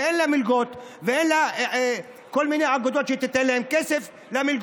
שאין לה מלגות ואין לה כל מיני עבודות שכך תיתן להם כסף למלגות?